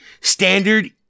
standard